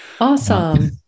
Awesome